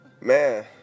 Man